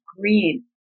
green